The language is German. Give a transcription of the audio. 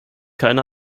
keine